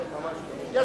אדוני.